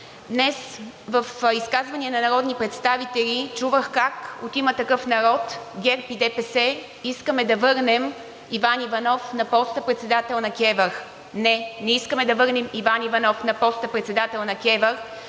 Днес в изказвания на народни представители чувах как от „Има такъв народ“, ГЕРБ и ДПС искаме да върнем Иван Иванов на поста председател на КЕВР. Не, не искаме да върнем Иван Иванов на поста председател на КЕВР,